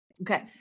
Okay